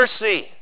mercy